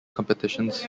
competitions